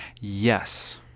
Yes